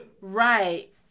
Right